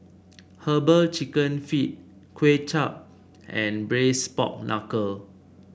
herbal chicken feet Kuay Chap and Braised Pork Knuckle